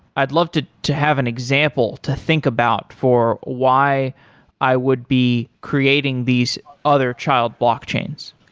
i'd love to to have an example to think about for why i would be creating these other child blockchains.